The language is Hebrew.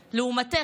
לעומתך,